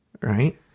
Right